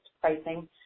pricing